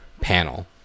panel